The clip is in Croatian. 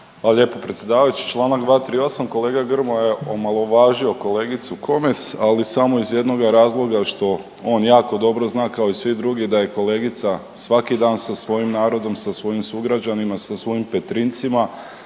lijepo predsjedavajući. Članak 238., kolega Grmoja je omalovažio kolegicu Komes, ali samo iz jednoga razloga što on jako dobro zna kao i svi drugi da je kolegica svaki dan sa svojim narodom, sa svojim sugrađanima sa svojim Petrinjcima